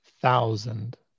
thousand